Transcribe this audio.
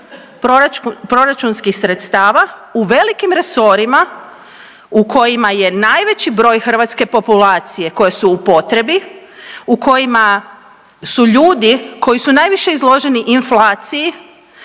proračunskih sredstava u velikim resorima u kojima je najveći broj hrvatske populacije koje su u potrebi, u kojima su ljudi koji su najviše izloženi inflaciji,